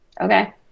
okay